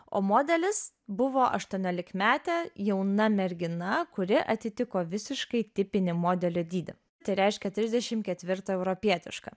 o modelis buvo aštuoniolikmetė jauna mergina kuri atitiko visiškai tipinį modelio dydį tai reiškia trisdešim ketvirtą europietišką